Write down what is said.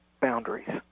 boundaries